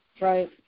right